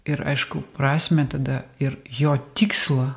ir aišku prasmę tada ir jo tikslą